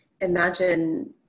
imagine